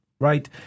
right